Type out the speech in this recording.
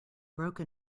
broke